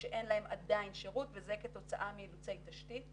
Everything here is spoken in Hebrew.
שאין להם עדיין שירות וזה כתוצאה מאילוצי תשתית.